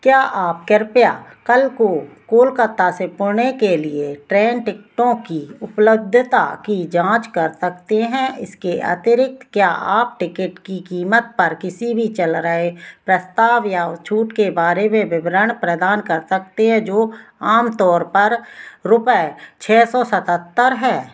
क्या आप कृप्या कल को कोलकाता से पुणे के लिए ट्रेन टिकटों की उपलब्धता की जाँच कर सकते हैं इसके अतिरिक्त क्या आप टिकेट की क़ीमत पर किसी भी चल रहे प्रस्ताव या छूट के बारे में विवरण प्रदान कर सकते है जो आमतौर पर रुपये छः सौ सतहत्तर है